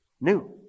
new